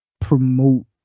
promote